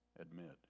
admit